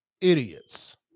idiots